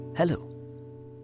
Hello